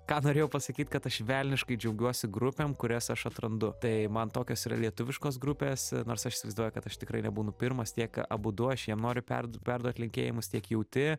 ką norėjau pasakyt kad aš velniškai džiaugiuosi grupėm kurias aš atrandu tai man tokios yra lietuviškos grupės nors aš įsivaizduoju kad aš tikrai nebūnu pirmas tiek abudu aš jiem noriu perduot perduot linkėjimus tiek jauti